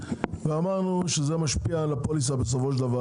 ואמרנו שזה משפיע על הפוליסה בסופו של דבר